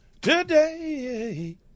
today